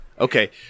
Okay